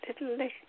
little